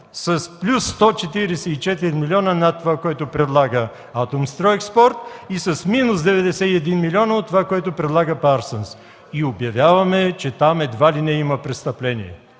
с плюс 144 милиона над това, което предлага „Атомстройекспорт”, и с минус 91 милион от това, което предлага „Парсънс”. И обявяваме, че там едва ли не има престъпление.